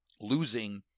losing